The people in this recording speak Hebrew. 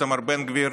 איתמר בן גביר